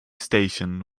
station